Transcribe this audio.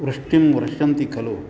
वृष्टिं वर्षन्ति खलु